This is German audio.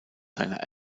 seiner